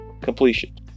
completion